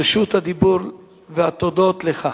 רשות הדיבור והתודות לך.